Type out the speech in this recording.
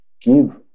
Give